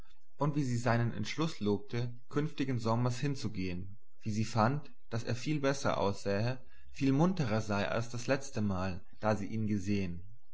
und wie sie seinen entschluß lobte künftigen sommer hinzugehen wie sie fand daß er viel besser aussähe viel munterer sei als das letztemal da sie ihn gesehn